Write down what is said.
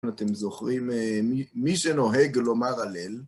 אם אתם זוכרים, מי שנוהג לומר הלל